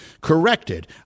corrected